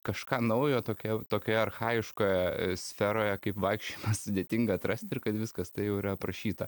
kažką naujo tokia tokioje archajiškoje sferoje kaip vaikščiojimas sudėtinga atrasti ir kad viskas tai jau yra aprašyta